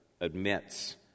admits